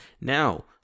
now